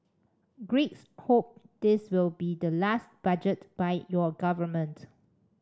greeks hope this will be the last budget by your government